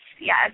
yes